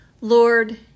Lord